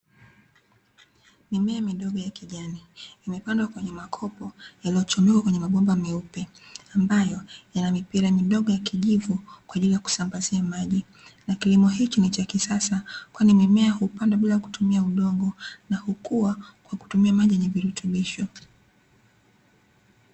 Mimea midogo ya kijani imepandwa kwenye makopo, yaliyochomekwa kwenye mabomba meupe, ambayo yanamipira midogo ya kijivu, kwaajili ya kusambazia maji, na kilimo hiki ni cha kisasa kwani mimea hupandwa bila kutumia udongo, na hukua kwakutumia maji yenye virutubisho.